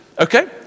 Okay